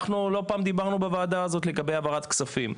אנחנו לא פעם דיברנו בוועדה הזו לגבי העברת כספים,